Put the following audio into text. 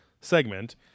segment